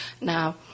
Now